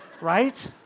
right